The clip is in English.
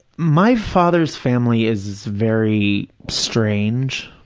my father's family is very strange.